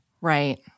Right